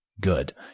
good